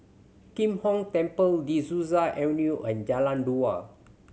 Kim Hong Temple De Souza Avenue and Jalan Dua